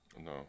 No